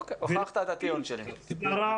הוכחת את הטיעון שלי.